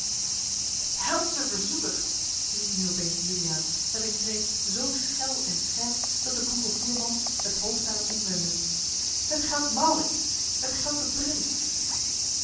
helsche verzoeker riep nu op eens juliaan met een kreet zoo schel en scherp dat de boeren voerman het hoofd naar hem omwendde het geldt maurits het geldt den prins